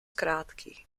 krátký